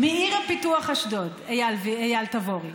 מעיר הפיתוח אשדוד, אייל רביד.